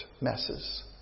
messes